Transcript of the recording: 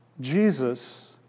Jesus